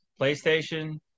PlayStation